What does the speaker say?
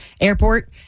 airport